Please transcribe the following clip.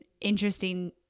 interesting